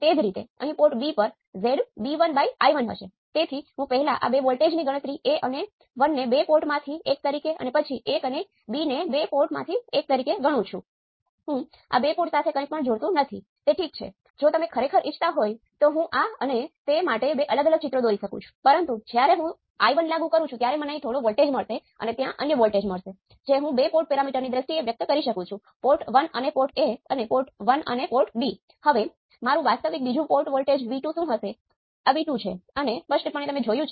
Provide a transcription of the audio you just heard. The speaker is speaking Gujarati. તેથી આ કિસ્સામાં ટર્મિનલ ઉદાહરણ હું હવે તમને બતાવવા જઈ રહ્યો છું